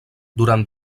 durant